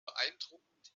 beeindruckend